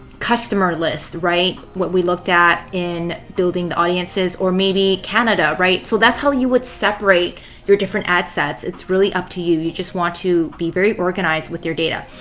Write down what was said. customer list, right? what we looked at building the audiences or maybe canada, right? so that's how you would separate your different ad sets. it's really up to you. you just want to be very organized with your data.